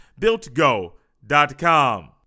BuiltGo.com